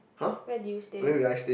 where do you stay